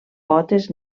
potes